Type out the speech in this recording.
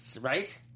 right